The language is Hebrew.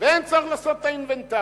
ואין צורך לעשות את האינוונטר,